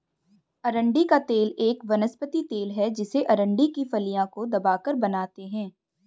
अरंडी का तेल एक वनस्पति तेल है जिसे अरंडी की फलियों को दबाकर बनाते है